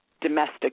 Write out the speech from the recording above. domestic